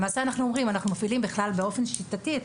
למעשה אנחנו אומרים שאנחנו מפעילים בכלל באופן שיטתי,